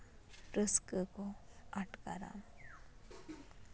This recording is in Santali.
ᱨᱟᱹᱥᱠᱟᱹ ᱠᱚ ᱟᱴᱠᱟᱨᱟ